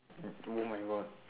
mm oh my god